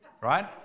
right